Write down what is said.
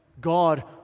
God